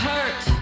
Hurt